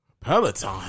Peloton